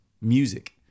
music